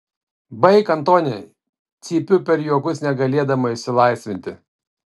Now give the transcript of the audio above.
baik antoni cypiu per juokus negalėdama išsilaisvinti